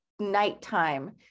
Nighttime